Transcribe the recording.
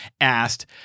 asked